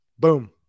Boom